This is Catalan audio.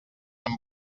amb